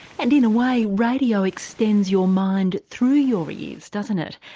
and in a way radio extends your mind through your ears doesn't it?